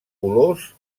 olors